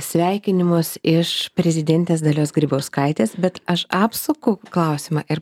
sveikinimus iš prezidentės dalios grybauskaitės bet aš apsuku klausimą ir